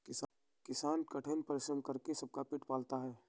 किसान कठिन परिश्रम करके सबका पेट पालता है